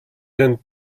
den